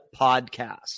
Podcast